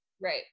Right